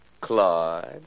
Claude